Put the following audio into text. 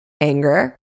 Anger